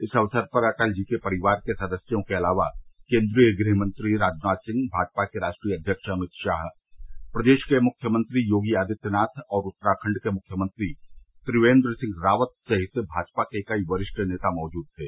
इस अवसर पर अटल जी के परिवार के सदस्यों के अलावा केन्द्रीय गृहमंत्री राजनाथ सिंह भाजपा के राष्ट्रीय अध्यक्ष अमित शाह प्रदेश के मुख्यमंत्री योगी आदित्यनाथ और उत्तराखण्ड के मुख्यमंत्री त्रिवेन्द्र सिंह रावत सहित भाजपा के कई वरिष्ठ नेता मौजूद थे